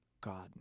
God